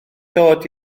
dod